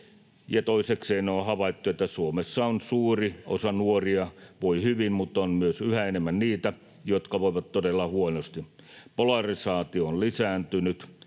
Toisekseen on havaittu, että Suomessa suuri osa nuoria voi hyvin, mutta on myös yhä enemmän niitä, jotka voivat todella huonosti. Polarisaatio on lisääntynyt.